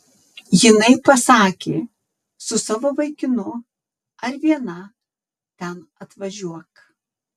jinai pasakė su savo vaikinu ar viena ten atvažiuok